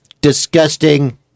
disgusting